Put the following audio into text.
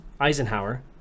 Eisenhower